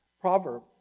proverb